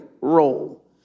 role